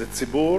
זה ציבור